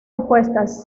opuestas